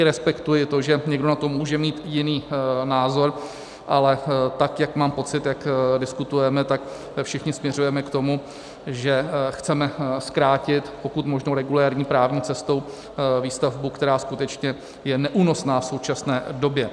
Respektuji i to, že někdo na to může mít jiný názor, ale tak jak mám pocit, jak diskutujeme, tak všichni směřujeme k tomu, že chceme zkrátit pokud možno regulérní právní cestou výstavbu, která je skutečně neúnosná v současné době.